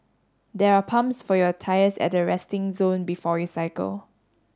there are pumps for your tyres at the resting zone before you cycle